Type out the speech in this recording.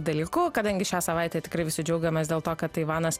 dalyku kadangi šią savaitę tikrai visi džiaugiamės dėl to kad taivanas